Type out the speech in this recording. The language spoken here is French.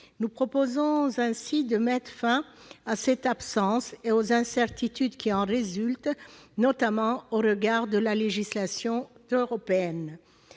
Nous proposons ainsi de mettre fin à cette absence et aux incertitudes qui en résultent, notamment au regard de la législation européenne.